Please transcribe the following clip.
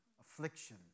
affliction